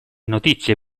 notizie